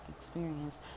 experience